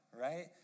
right